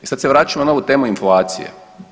I sad se vraćamo na ovu temu inflacije.